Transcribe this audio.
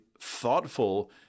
thoughtful